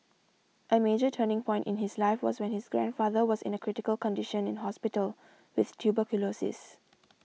a major turning point in his life was when his grandfather was in a critical condition in hospital with tuberculosis